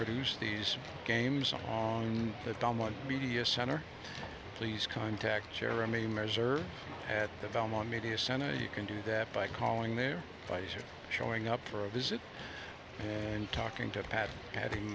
produce these games on that on one media center please contact jeremy measure at the belmont media center you can do that by calling their advice or showing up for a visit and talking to pad ha